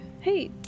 Hey